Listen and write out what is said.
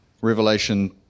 Revelation